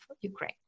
Ukraine